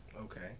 Okay